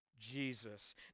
Jesus